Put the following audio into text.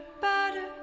Butter